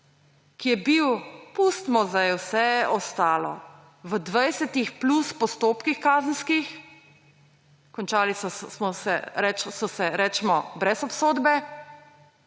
ki je bil, pustimo zdaj vse ostalo, v 20 plus kazenskih postopkih, končali so se, recimo, brez obsodbe.